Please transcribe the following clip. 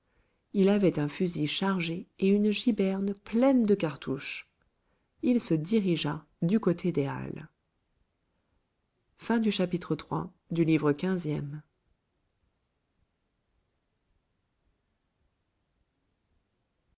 il avait un fusil chargé et une giberne pleine de cartouches il se dirigea du côté des halles